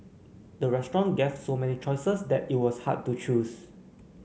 the restaurant gave so many choices that it was hard to choose